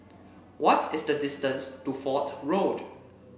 what is the distance to Fort Road